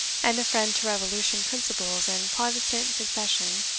and a friend to revolution principles and protestant succession,